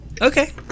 Okay